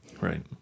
Right